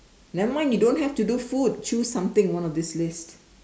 nevermind you don't have to do food choose something one of this list